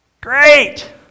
Great